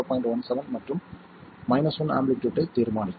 17 மற்றும் 1 ஆம்ப்ளிடியூட்டை தீர்மானிக்கும்